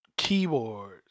keyboards